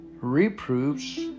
reproofs